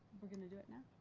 we're going to do it now?